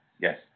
Yes